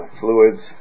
fluids